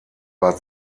war